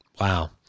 Wow